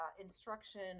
instruction